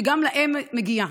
שגם להם מגיע.